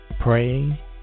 pray